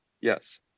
yes